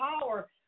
power